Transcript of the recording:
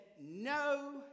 no